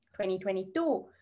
2022